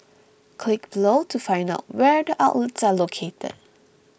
click below to find out where the outlets are located